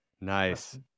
nice